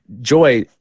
joy